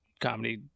comedy